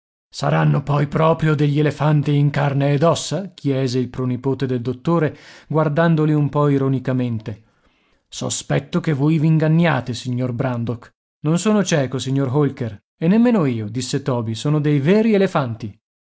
saranno poi proprio degli elefanti in carne ed ossa chiese il pronipote del dottore guardandoli un po ironicamente sospetto che voi v'inganniate signor brandok non sono cieco signor holker e nemmeno io disse toby sono dei veri elefanti